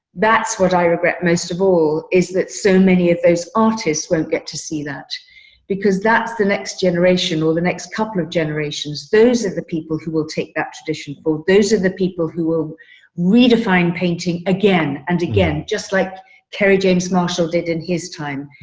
that's what i regret most of all, is that so many of those artists won't get to see that because that's the next generation or the next couple of generations. those are the people who will take that tradition for those are the people who will redefine painting again and again, just like kerry james marshall did in his time,